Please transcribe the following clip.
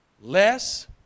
Less